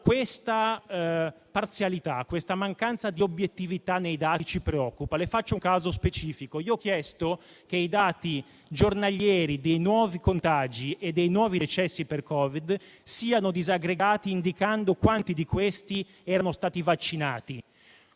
questa parzialità e questa mancanza di obiettività nei dati ci preoccupa. Le faccio un caso specifico. Ho chiesto che i dati giornalieri dei nuovi contagi e dei nuovi decessi per Covid siano disaggregati indicando quanti di questi erano stati vaccinati.